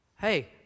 hey